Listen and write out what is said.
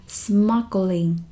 smuggling